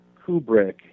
Kubrick